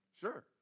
Sure